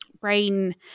brain